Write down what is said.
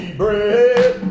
bread